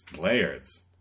Layers